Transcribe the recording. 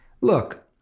look